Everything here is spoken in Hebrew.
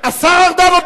השר ארדן.